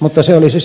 mutta se olisi silloin koetteilla